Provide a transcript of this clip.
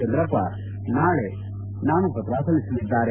ಚಂದ್ರಪ್ಪ ನಾಳೆ ನಾಮಪತ್ರ ಸಲ್ಲಿಸಲಿದ್ದಾರೆ